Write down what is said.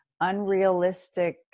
unrealistic